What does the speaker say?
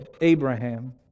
Abraham